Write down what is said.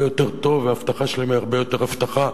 יותר טוב והבטחה שלהם היא הרבה יותר הבטחה.